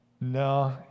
No